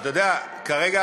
אתה יודע, כרגע